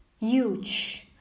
huge